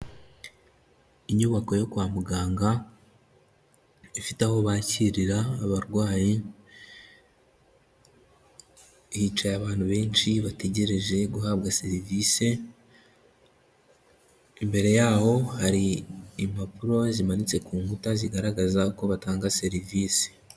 Inyubako yo kwa muganga, ifite aho bakirira abarwayi, hicaye abantu benshi bategereje guhabwa serivisi, imbere yaho hari impapuro zimanitse ku nkuta zigaragaza uko batanga serivisi.